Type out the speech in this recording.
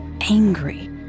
angry